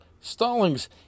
Stallings